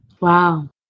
Wow